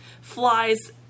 flies